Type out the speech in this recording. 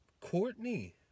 Courtney